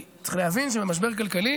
צריך להבין שבמשבר כלכלי